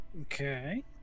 Okay